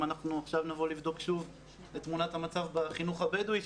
אם אנחנו עכשיו נבוא לבדוק שוב את תמונת המצב בחינוך הבדואי,